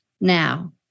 now